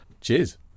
Cheers